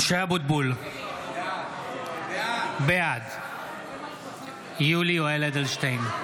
משה אבוטבול, בעד יולי יואל אדלשטיין,